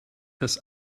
das